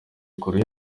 kure